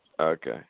Okay